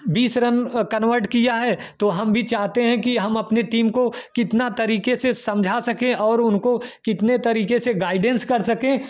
बीस run convert किया है तो हम चाहते हैं कि हम अपने टीम को कितना तरीके से समझा सकें और उनको कितने तरीके से गाइडेंस कर सकें